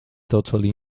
totally